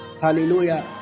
Hallelujah